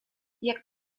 jak